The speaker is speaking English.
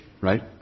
right